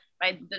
right